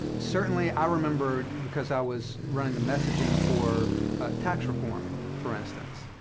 certainly i remember, because i was running the messaging for tax reform, for instance,